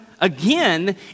again